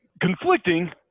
conflicting